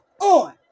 on